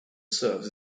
serves